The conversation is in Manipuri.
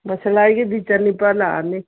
ꯃꯁꯥꯂꯥꯏꯒꯤꯗꯤ ꯆꯅꯤꯄꯥꯟ ꯂꯥꯛꯑꯅꯤ